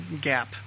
gap